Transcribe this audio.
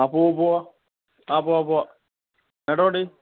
അ പോകാം പോകാം ആ പോകാം പോകാം എങ്ങോട്ടാണ് പോകേണ്ടത്